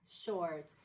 short